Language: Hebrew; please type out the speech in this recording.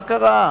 מה קרה?